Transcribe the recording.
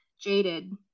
jaded